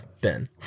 Ben